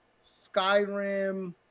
Skyrim